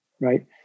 right